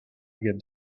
again